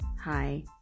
Hi